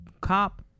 cop